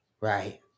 Right